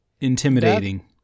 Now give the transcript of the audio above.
intimidating